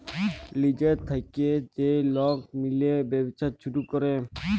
লিজের থ্যাইকে যে লক মিলে ব্যবছা ছুরু ক্যরে